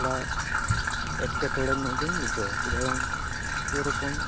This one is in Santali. ᱛᱷᱚᱲᱟ ᱮᱴᱠᱮ ᱴᱚᱲᱮ ᱧᱚᱜ ᱜᱮᱧ ᱵᱩᱷᱟᱹᱣᱟ ᱪᱮᱫᱟᱜ ᱵᱟᱝ ᱥᱮᱨᱚᱠᱚᱢ